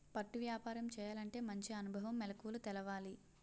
పట్టు వ్యాపారం చేయాలంటే మంచి అనుభవం, మెలకువలు తెలవాలి